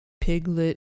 Piglet